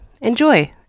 enjoy